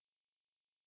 mm